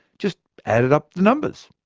just added up the numbers.